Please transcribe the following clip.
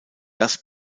das